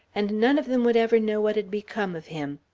and none of them would ever know what had become of him.